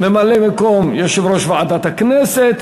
ממלא-מקום יושב-ראש ועדת הכנסת.